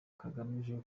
kagamije